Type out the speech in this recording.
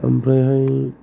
ओमफ्राय हाय